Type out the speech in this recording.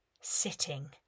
Sitting